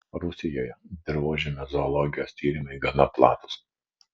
rusijoje dirvožemio zoologijos tyrimai gana platūs